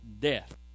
death